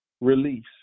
Release